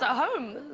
so home.